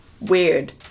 weird